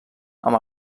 amb